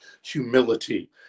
Humility